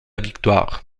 victoire